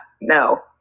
No